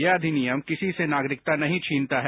यह अधिनियम किसी से नागरिकता नहीं छीनता है